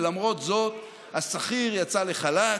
ולמרות זאת השכיר יצא לחל"ת,